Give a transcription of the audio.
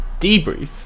Debrief